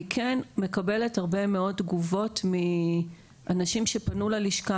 אני כן מקבלת הרבה מאוד תגובות מאנשים שפנו ללשכה